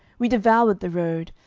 we devoured the road.